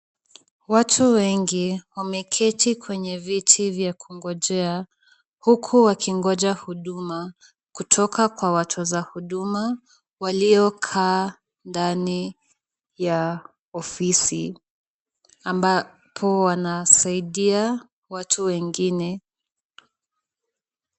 Watu wengi wameketi kwenye viti vya kungojea huku wakingoja huduma kutoka kwa watoza huduma waliokaa ndani ya ofisi ambapo wanasaidia watu wengine.